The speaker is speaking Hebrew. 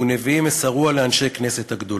ונביאים מסרוה לאנשי כנסת הגדולה״.